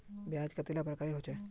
ब्याज कतेला प्रकारेर होचे?